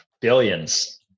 Billions